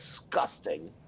disgusting